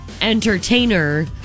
Entertainer